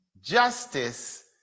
Justice